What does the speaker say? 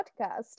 podcast